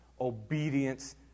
obedience